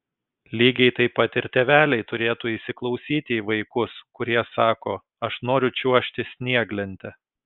lygiai taip pat ir tėveliai turėtų įsiklausyti į vaikus kurie sako aš noriu čiuožti snieglente